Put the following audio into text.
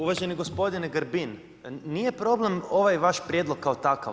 Uvaženi gospodine Grbin, nije problem ovaj vaš prijedlog kao takav.